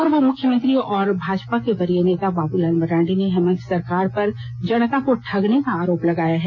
पूर्व मुख्यमंत्री और भाजपा के वरीय नेता बाबूलाल मरांडी ने हेमंत सरकार पर जनता का ठगने का आरोप लगाया है